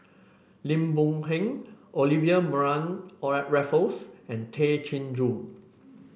Lim Boon Heng Olivia Mariamne Raffles and Tay Chin Joo